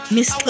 Miss